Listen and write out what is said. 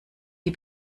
die